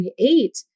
create